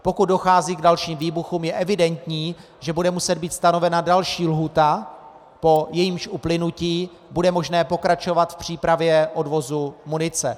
Pokud dochází k dalším výbuchům, je evidentní, že bude muset být stanovena další lhůta, po jejímž uplynutí bude možné pokračovat v přípravě odvozu munice.